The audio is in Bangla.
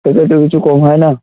টোটালে কিছু কম হয় না